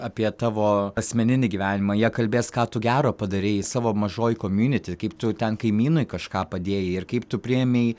apie tavo asmeninį gyvenimą jie kalbės ką tu gero padarei savo mažojoj komiuniti kaip tu ten kaimynui kažką padėjai ir kaip tu priėmei